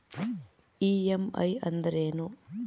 EMI ಅಂದ್ರೇನು?